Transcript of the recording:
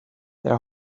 their